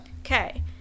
Okay